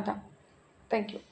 அதான் தேங்க்யூ